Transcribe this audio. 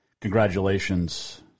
congratulations